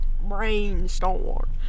brainstorm